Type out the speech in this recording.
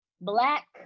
black